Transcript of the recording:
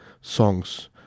songs